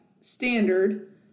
standard